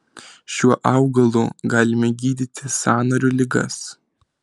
šiuo augalu galime gydyti sąnarių ligas